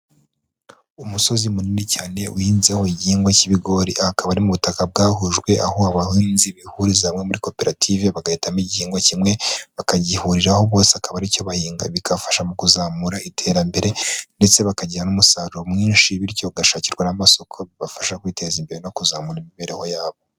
Umusozi munini cyane uhinzeho igingwa cy'ibigori, akaba ari ubutaka bwahujwe aho abahinzi bihuriza hamwe muri koperative bagahitamo igihingwa kimwe, bakagihuriraho bose akaba aricyo bahinga, bikabafasha mu kuzamura iterambere ndetse bakagira n'umusaruro mwinshi, bityo bagashakirwa n'amasoko, bibafasha kwiteza imbere no kuzamura imibereho yabo.